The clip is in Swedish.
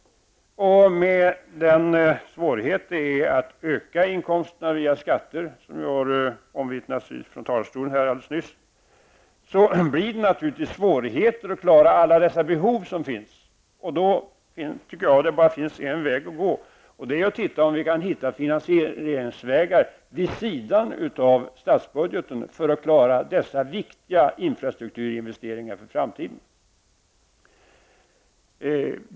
Med den svårighet som föreligger att öka inkomsterna via skatter -- det omvittnades alldeles nyss från kammarens talarstol -- blir det svårt att klara alla de behov som finns. Då tycker jag att det bara finns en väg att gå, och det är att se om vi kan hitta finansieringsvägar vid sidan av statsbudgeten för att klara dessa viktiga infrastrukturinvesteringar för framtiden.